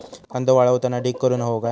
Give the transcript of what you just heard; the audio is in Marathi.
कांदो वाळवताना ढीग करून हवो काय?